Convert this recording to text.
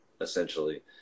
essentially